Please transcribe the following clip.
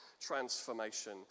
transformation